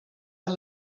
amb